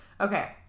okay